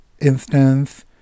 instance